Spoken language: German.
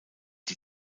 die